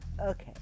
Okay